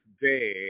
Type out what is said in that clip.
day